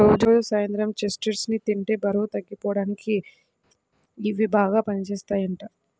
రోజూ సాయంత్రం చెస్ట్నట్స్ ని తింటే బరువు తగ్గిపోడానికి ఇయ్యి బాగా పనిజేత్తయ్యంట